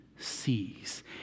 sees